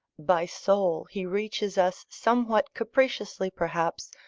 by soul, he reaches us, somewhat capriciously perhaps,